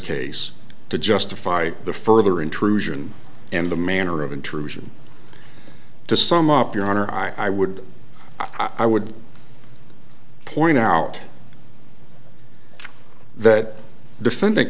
case to justify the further intrusion and the manner of intrusion to sum up your honor i would i would point out that defend